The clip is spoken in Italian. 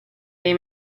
nei